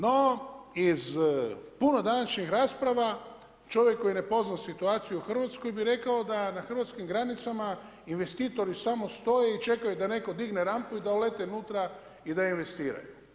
No, iz puno današnjih rasprava čovjek koji ne poznaje situaciju u RH bi rekao da na hrvatskim granicama investitori samo stoje i čekaju da netko digne rampu i da ulete unutra i da investiraju.